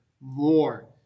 more